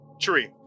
Tree